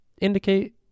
indicate